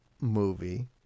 movie